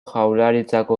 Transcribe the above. jaurlaritzako